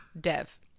dev